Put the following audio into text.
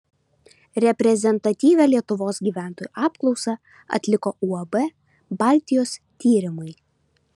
reprezentatyvią lietuvos gyventojų apklausą atliko uab baltijos tyrimai